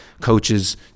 coaches